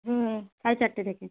হুম সাড়ে চারটে থেকে